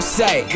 say